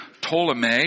Ptolemy